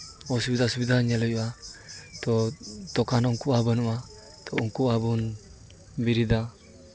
ᱚᱥᱩᱵᱤᱫᱷᱟ ᱥᱩᱵᱤᱫᱷᱟ ᱧᱮᱞ ᱦᱩᱭᱩᱜᱼᱟ ᱛᱳ ᱫᱚᱠᱟᱱ ᱦᱚᱸ ᱩᱱᱠᱩᱣᱟᱜ ᱵᱟᱹᱱᱩᱜᱼᱟ ᱛᱚ ᱩᱱᱠᱩᱣᱟᱜ ᱦᱚᱸᱵᱚᱱ ᱵᱮᱨᱮᱫᱟ